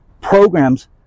programs